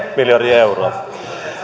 miljardia euroa